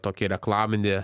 tokį reklaminį